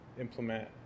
implement